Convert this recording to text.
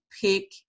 pick